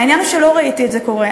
העניין הוא שלא ראיתי את זה קורה,